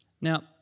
Now